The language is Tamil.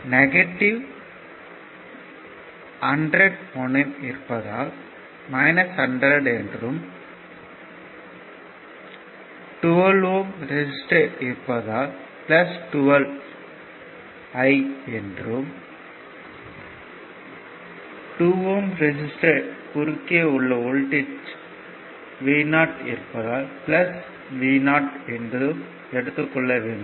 நெகட்டிவ் 100 முனையம் இருப்பதால் 100 என்றும் 12 ஓம் ரெசிஸ்டர் இருப்பதால் 12 I என்றும் 2 ஓம் ரெசிஸ்டர்யின் குறுக்கே உள்ள வோல்ட்டேஜ் Vo இருப்பதால் Vo என்று எடுத்துக் கொள்ள வேண்டும்